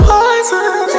Poison